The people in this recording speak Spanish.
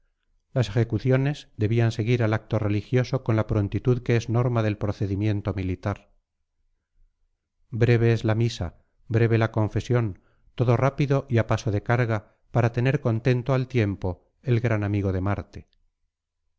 las ejecuciones debían seguir al acto religioso con la prontitud que es norma del procedimiento militar breve es la misa breve la confesión todo rápido y a paso de carga para tener contento al tiempo el gran amigo de marte